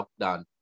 lockdown